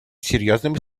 серьезным